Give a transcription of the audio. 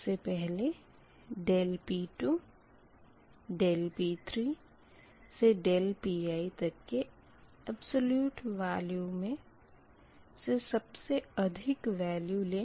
सबसे पहले ∆P2 ∆P3 से ∆Pi तक के अबसोल्यूट मे से सबसे अधिक वेल्यू लें